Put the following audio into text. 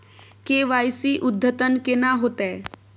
KYC अद्यतन केना होतै?